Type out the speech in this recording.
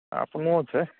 अपनोँ छै